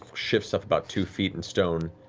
shifts up about two feet in stone,